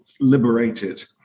liberated